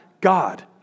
God